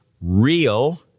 real